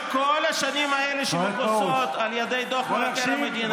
כל השנים האלה שמכוסות על ידי דוח מבקר המדינה.